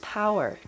power